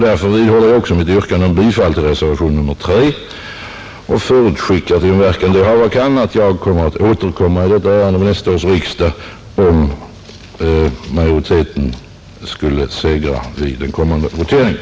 Därför vidhåller jag också mitt yrkande om bifall till reservationen III och förutskickar, till den verkan det hava kan, att jag återkommer i detta ärende vid nästa års riksdag, om utskottsmajoriteten skulle segra vid den kommande voteringen.